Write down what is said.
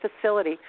facility